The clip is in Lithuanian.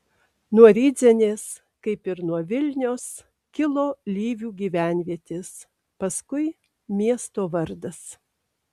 nuo rydzenės kaip ir nuo vilnios kilo lyvių gyvenvietės paskui miesto vardas